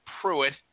Pruitt